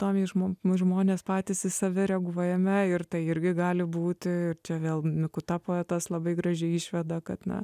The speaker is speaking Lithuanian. tokį žmogų mūsų žmonės patys į save reaguojame ir tai irgi gali būti čia vėl mikuta poetas labai gražiai išveda kad na